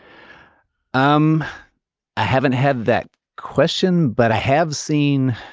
um i haven't had that question, but i have seen